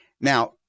Now